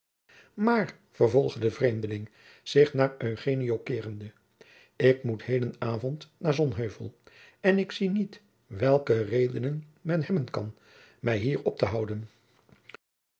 maar vervolgde de vreemdeling zich naar eugenio keerende ik moet heden avond naar sonheuvel en ik zie niet welke redenen men hebben kan mij hier op te houden